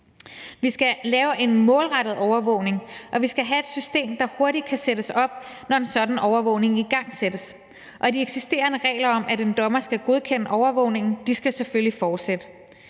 Vi skal lave en målrettet overvågning, og vi skal have et system, der hurtigt kan sættes op, når en sådan overvågning igangsættes, og de eksisterende regler om, at en dommer skal godkende overvågningen, skal selvfølgelig fortsætte.